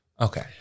Okay